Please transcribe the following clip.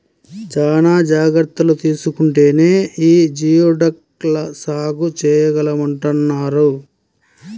చానా జాగర్తలు తీసుకుంటేనే యీ జియోడక్ ల సాగు చేయగలమంటన్నారు